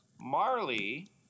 Marley